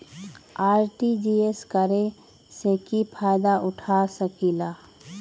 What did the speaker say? RTGS करे से की फायदा उठा सकीला?